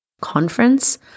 Conference